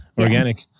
Organic